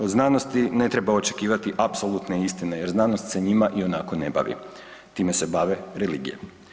Od znanosti ne treba očekivati apsolutne istine, jer znanost se njima ionako ne bavi time se bave religije.